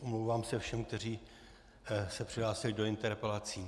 Omlouvám se všem, kteří se přihlásili do interpelací.